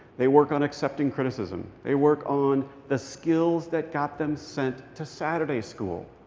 they work on accepting criticism. they work on the skills that got them sent to saturday school.